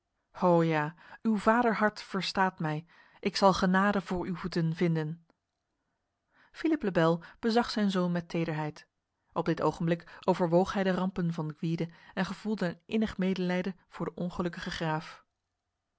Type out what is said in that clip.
ho ja uw vaderhart verstaat mij ik zal genade voor uw voeten vinden philippe le bel bezag zijn zoon met tederheid op dit ogenblik overwoog hij de rampen van gwyde en gevoelde een innig medelijden voor de ongelukkige graaf